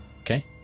Okay